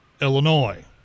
Illinois